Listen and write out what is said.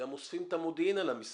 גם אוספים את המודיעין על המסמך.